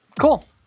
Cool